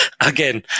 again